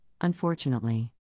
unfortunately